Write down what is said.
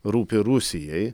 rūpi rusijai